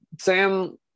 Sam